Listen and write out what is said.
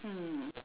mm